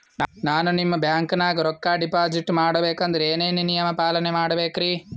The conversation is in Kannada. ನಾನು ನಿಮ್ಮ ಬ್ಯಾಂಕನಾಗ ರೊಕ್ಕಾ ಡಿಪಾಜಿಟ್ ಮಾಡ ಬೇಕಂದ್ರ ಏನೇನು ನಿಯಮ ಪಾಲನೇ ಮಾಡ್ಬೇಕ್ರಿ?